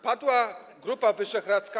Padła Grupa Wyszehradzka.